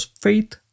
faith